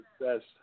best